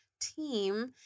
team